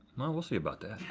well, we'll see about that.